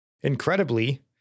Incredibly